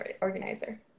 organizer